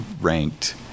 ranked